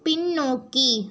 பின்னோக்கி